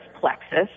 plexus